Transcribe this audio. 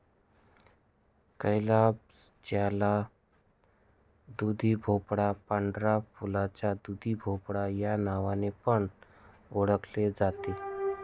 calabash ज्याला दुधीभोपळा, पांढऱ्या फुलाचा दुधीभोपळा या नावाने पण ओळखले जाते